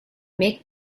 make